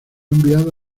enviado